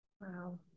Wow